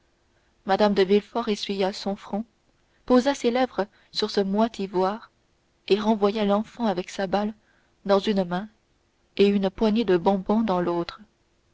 mme de villefort essuya son front posa ses lèvres sur ce moite ivoire et renvoya l'enfant avec sa balle dans une main et une poignée de bonbons dans l'autre